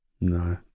No